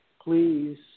please